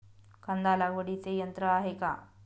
कांदा लागवडीचे यंत्र आहे का?